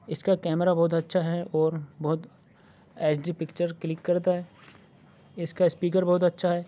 اِس کا کیمرہ بہت اچھا ہے اور بہت ایچ ڈی پکچر کلک کرتا ہے اِس کا اسپیکر بہت اچھا ہے